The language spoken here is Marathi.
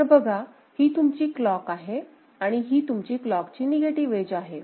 तर बघा ही तुमची क्लॉक आहे आणि ही तुमची क्लॉकची निगेटिव्ह एज आहे